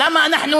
למה אנחנו